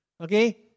Okay